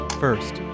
first